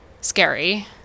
scary